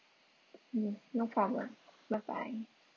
mm no problem bye bye